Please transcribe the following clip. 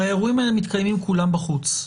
הרי האירועים האלה מתקיימים כולם בחוץ.